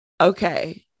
okay